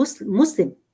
Muslim